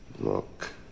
Look